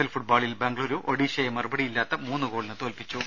L ഫുട്ബോളിൽ ബംഗുളൂരു ഒഡീഷയെ മറുപടിയി ല്ലാത്ത മൂന്ന് ഗോളിന് തോൽപ്പിച്ചു